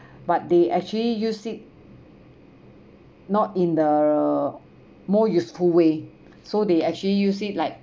but they actually use it not in the more useful way so they actually use it like